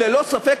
ללא ספק,